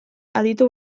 aditu